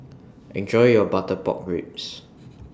Enjoy your Butter Pork Ribs